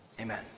Amen